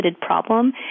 problem